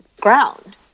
ground